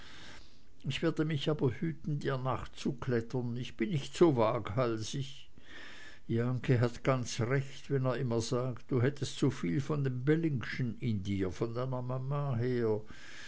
ich werde mich aber hüten dir nachzuklettern ich bin nicht so waghalsig jahnke hat ganz recht wenn er immer sagt du hättest zuviel von dem bellingschen in dir von deiner mama her